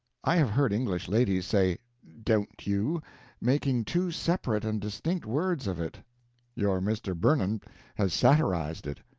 i have heard english ladies say don't you' making two separate and distinct words of it your mr. burnand has satirized it.